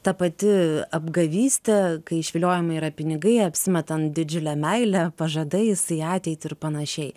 ta pati apgavystė kai išviliojami yra pinigai apsimetant didžiule meile pažadais į ateitį ir panašiai